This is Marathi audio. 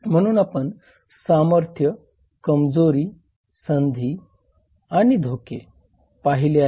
म्हणून आपण सामर्थ्य कमजोरी संधी आणि धोके पहिले आहेत